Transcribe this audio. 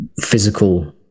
physical